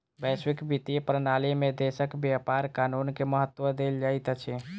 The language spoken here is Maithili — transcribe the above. वैश्विक वित्तीय प्रणाली में देशक व्यापार कानून के महत्त्व देल जाइत अछि